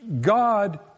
God